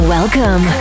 Welcome